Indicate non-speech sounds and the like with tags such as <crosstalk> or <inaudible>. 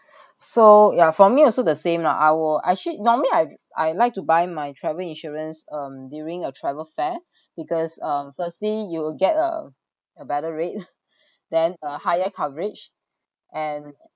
so ya for me also the same lah I will I usually normally I I like to buy my travelling insurance um during a travel fair because um firstly you will get uh a better rate <laughs> then a higher coverage and